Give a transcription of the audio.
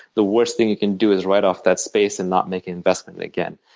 the worst thing you can do is write off that space and not make an investment again.